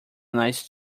nice